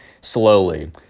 slowly